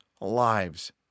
lives